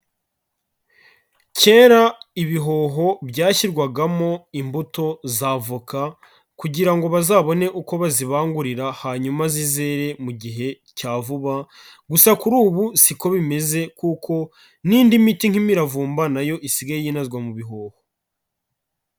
Kera ibihoho byashyirwagamo imbuto za avoka kugira ngo bazabone uko bazibangurira hanyuma zizere mu gihe cya vuba, gusa kuri ubu siko bimeze kuko n'indi miti nk'imiravumba na yo isigaye yinazwa mu bihoho.